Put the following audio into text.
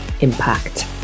impact